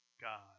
God